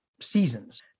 seasons